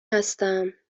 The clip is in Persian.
هستم